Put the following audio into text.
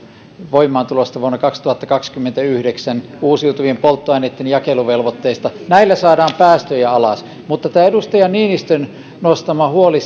voimaantulosta vuonna kaksituhattakaksikymmentäyhdeksän ja uusiutuvien polttoaineiden jakeluvelvoitteista näillä saadaan päästöjä alas mutta tämä edustaja niinistön nostama huoli